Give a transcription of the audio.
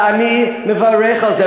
ואני מברך על זה.